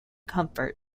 comfort